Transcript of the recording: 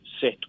set